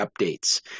updates